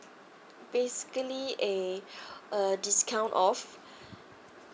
basically a uh discount off